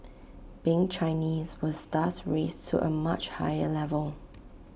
being Chinese was thus raised to A much higher level